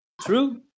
true